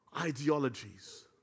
Ideologies